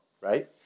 right